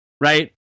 right